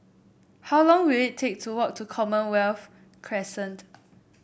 how long will it take to walk to Commonwealth Crescent